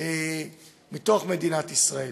מדינת ישראל,